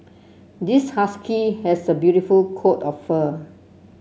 this husky has a beautiful coat of fur